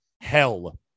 hell